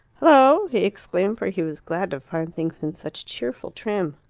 hullo! he exclaimed for he was glad to find things in such cheerful trim.